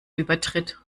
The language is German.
übertritt